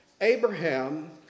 Abraham